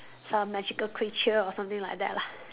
some magical creature or something like that lah